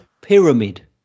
pyramid